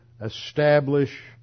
establish